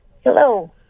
Hello